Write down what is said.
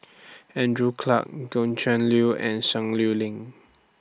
Andrew Clarke Gretchen Liu and Sun Lueling